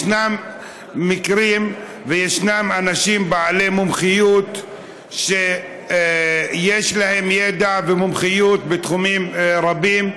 יש מקרים של אנשים בעלי מומחיות שיש להם ידע ומומחיות בתחומים רבים.